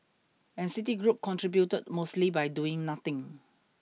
and Citigroup contributed mostly by doing nothing